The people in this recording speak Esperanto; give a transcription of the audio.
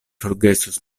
forgesos